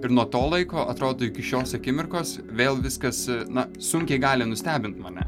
ir nuo to laiko atrodo iki šios akimirkos vėl viskas na sunkiai gali nustebint mane